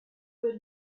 were